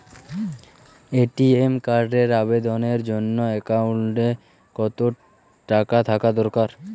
ATM কার্ডের আবেদনের জন্য অ্যাকাউন্টে কতো টাকা থাকা দরকার?